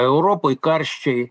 europoj karščiai